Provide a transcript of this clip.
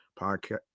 Podcast